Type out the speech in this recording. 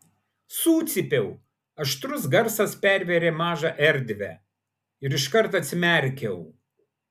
sucypiau aštrus garsas pervėrė mažą erdvę ir iškart atsimerkiau